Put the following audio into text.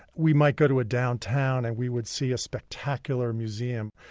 we might go to a downtown and we would see a spectacular museum,